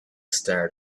star